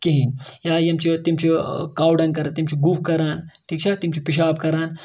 کِہیٖنۍ یا یِم چھِ تِم چھِ کَوڈَنٛگ کَران تِم چھِ گُہہ کَران ٹھیٖک چھا تِم چھِ پِشاب کَران